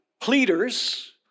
pleaders